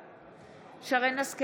בעד שרן מרים השכל,